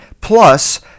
Plus